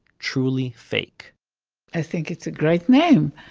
truly fake i think it's a great name.